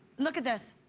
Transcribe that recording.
look at this.